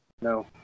No